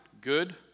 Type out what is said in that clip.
good